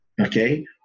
okay